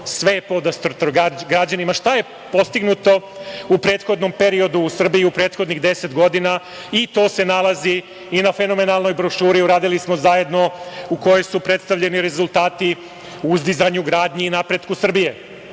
se vidi šta je postignuto u prethodnom periodu u Srbiji, u prethodnih deset godina i to se nalazi i na fenomenalnom brošuri, uradili smo zajedno, u kojoj su predstavljeni rezultati uzdizanju, gradnji i napretku Srbije.